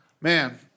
Man